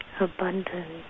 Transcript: abundant